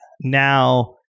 now